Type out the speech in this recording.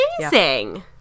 Amazing